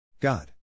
God